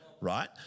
Right